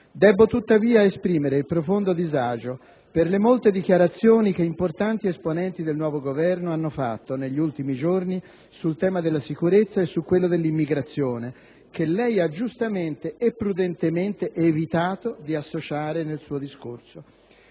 Debbo tuttavia esprimere il profondo disagio per le molte dichiarazioni che importanti esponenti del nuovo Governo hanno fatto, negli ultimi giorni, sul tema della sicurezza e su quello dell'immigrazione, che lei ha giustamente e prudentemente evitato di associare nel suo discorso.